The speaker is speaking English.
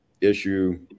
issue